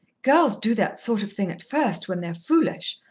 girls do that sort of thing at first, when they're foolish,